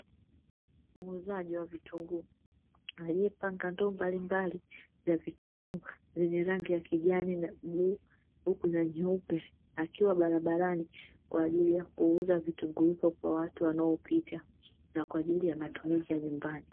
Muuzaji wa vitunguu aliyepanga ndoo mbalimbali za vitunguu zenye rangi ya kijani na bluu huku, na nyeupe akiwa barabarani kwa ajili ya kuuza vitu nguu kwa watu wanaopita na kwa ajili ya matumizi ya nyumbani.